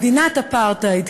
מדינת אפרטהייד,